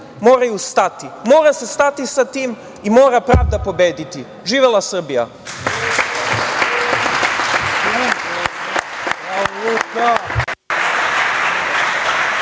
moraju stati. Mora se stati sa tim i mora pravda pobediti. Živela Srbija!